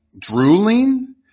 drooling